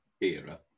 era